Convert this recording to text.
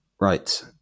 Right